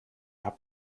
habt